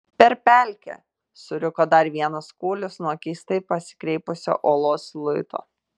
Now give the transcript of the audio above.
per pelkę suriko dar vienas kūlis nuo keistai persikreipusio uolos luito